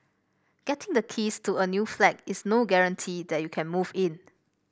getting the keys to a new flat is no guarantee that you can move in